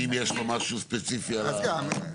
ואם יש משהו ספציפי, על אחת כמה וכמה.